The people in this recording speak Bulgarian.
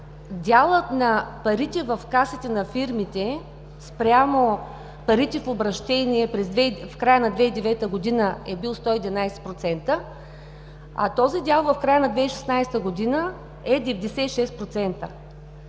делът на парите в касите на фирмите спрямо парите в обращение в края на 2009 г. е бил 111%, а този дял в края на 2016 г. е 96%.